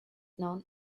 known